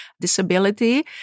disability